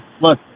Look